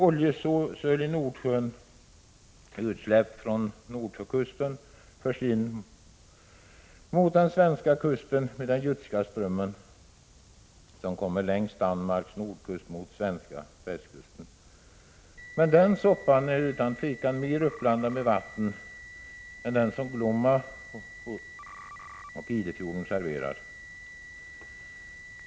Oljesöl i Nordsjön och utsläpp från Nordsjökusten förs in mot den svenska kusten med Jutska strömmen, som kommer in längs Danmarks nordkust mot svenska västkusten. Men den soppan är utan tvivel mer uppblandad med vatten än den som Glomma och Idefjorden serverar.